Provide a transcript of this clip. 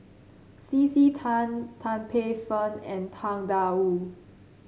C C Tan Tan Paey Fern and Tang Da Wu